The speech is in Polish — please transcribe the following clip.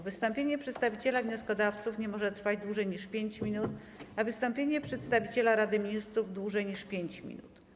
Wystąpienie przedstawiciela wnioskodawców nie może trwać dłużej niż 5 minut, a wystąpienie przedstawiciela Rady Ministrów - dłużej niż 5 minut.